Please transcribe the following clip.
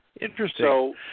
Interesting